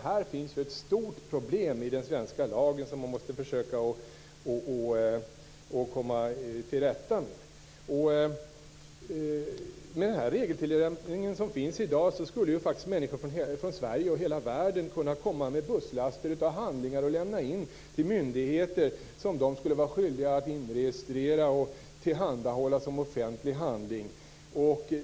Här finns ett stort problem i den svenska lagen som man måste försöka komma till rätta med. Med den regeltillämpning som sker i dag skulle människor från Sverige och hela världen kunna komma med busslaster av handlingar och lämna in dem till svenska myndigheter, som skulle inregistrera och tillhandahålla dem som offentlig handling.